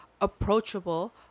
approachable